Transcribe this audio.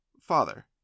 Father